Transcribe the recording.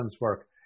work